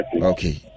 okay